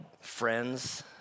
friends